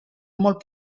molt